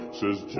says